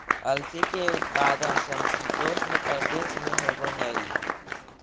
अलसी के उत्पादन समशीतोष्ण प्रदेश में होवऽ हई